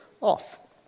off